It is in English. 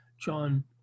John